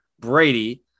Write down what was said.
Brady